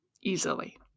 easily